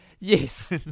Yes